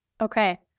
Okay